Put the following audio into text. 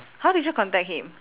how did you contact him